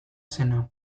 zena